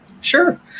Sure